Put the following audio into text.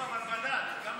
לא, אבל בדת, כמה?